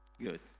Good